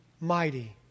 mighty